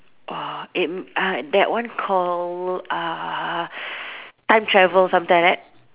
!whoa! it uh that one called uh time travel something like that